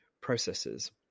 processes